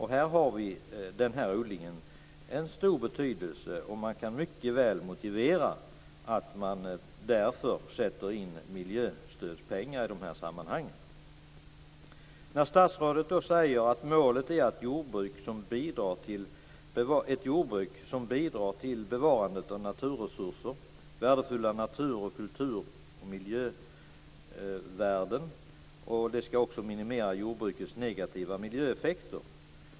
Här har den här odlingen stor betydelse. Man kan mycket väl motivera att man sätter in miljöstödspengar i de här sammanhangen. Statsrådet säger att målet är ett jordbruk som bidrar till bevarandet av naturresurser, till värdefulla natur-, kultur och miljövärden och som minimerar jordbrukets negativa miljöeffekter.